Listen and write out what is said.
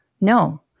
No